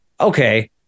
okay